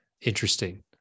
interesting